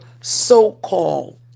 so-called